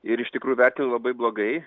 ir iš tikrųjų vertinu labai blogai